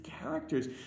characters